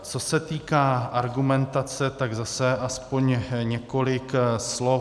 Co se týká argumentace, tak zase aspoň několik slov.